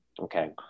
Okay